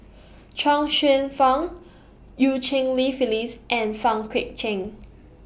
Chuang Hsueh Fang EU Cheng Li Phyllis and Pang Guek Cheng